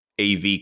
AV